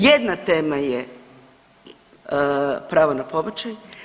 Jedna tema je pravo na pobačaj.